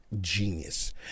genius